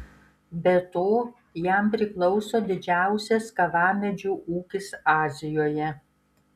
be to jam priklauso didžiausias kavamedžių ūkis azijoje